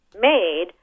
made